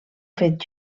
fet